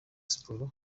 siporo